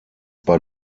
bei